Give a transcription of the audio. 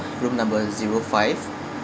room number zero five